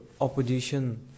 opposition